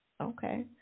okay